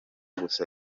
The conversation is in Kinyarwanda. gusa